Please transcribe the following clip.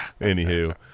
Anywho